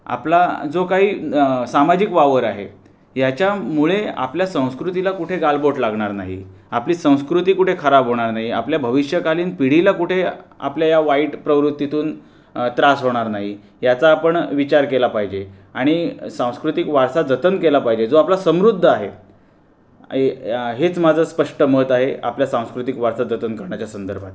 आपला जो काही सामाजिक वावर आहे याच्यामुळे आपल्या संस्कृतीला कुठे गालबोट लागणार नाही आपली संस्कृती कुठे खराब होणार नाही आपल्या भविष्यकालीन पिढीला कुठे आपल्या या वाईट प्रवृत्तीतून त्रास होणार नाही याचा आपण विचार केला पाहिजे आणि सांस्कृतिक वारसा जतन केला पाहिजे जो आपला समृद्ध आहे ये हेच माझं स्पष्ट मत आहे आपला सांस्कृतिक वारसा जतन करण्याच्या संदर्भात